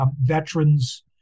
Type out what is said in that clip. veterans